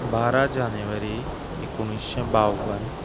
बारा जानेवरी एकुणशे बाव्वन